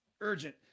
urgent